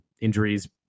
Injuries